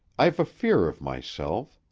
i've a fear of myself.